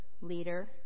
leader